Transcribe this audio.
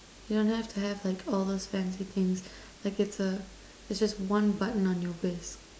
you don't have to have like all those fancy things like it's a just this one button on your whisk